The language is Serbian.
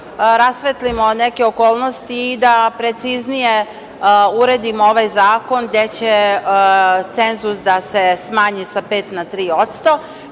rasvetlimo neke okolnosti i da preciznije uredimo ovaj zakon, gde će cenzus da se smanji sa 5% na